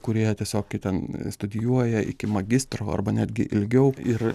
kurie tiesiog kaip ten studijuoja iki magistro arba netgi ilgiau ir